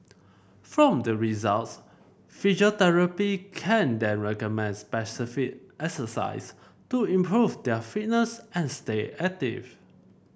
from the results physiotherapy can then recommend specific exercises to improve their fitness and stay active